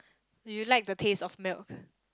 do you like the taste of milk